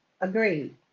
Agreed